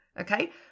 okay